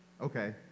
okay